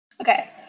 Okay